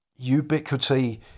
Ubiquity